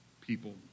people